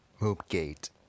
Moopgate